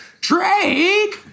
Drake